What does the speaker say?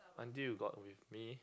until you got with me